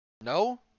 No